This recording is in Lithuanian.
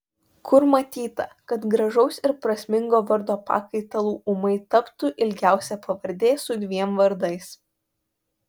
kur matyta kad gražaus ir prasmingo vardo pakaitalu ūmai taptų ilgiausia pavardė su dviem vardais